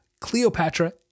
Cleopatra